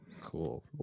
Cool